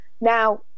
Now